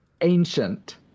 Ancient